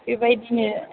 बेबायदिनो